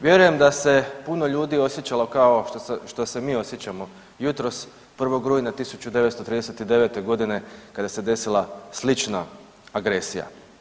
Vjerujem da se puno ljudi osjećalo kao što se mi osjećamo jutros 1. rujna 1939.g. kada se desila slična agresija.